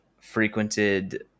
frequented